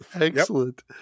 Excellent